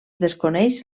desconeix